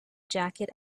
jacket